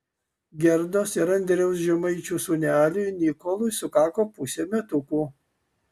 gerdos ir andriaus žemaičių sūneliui nikolui sukako pusė metukų